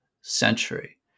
century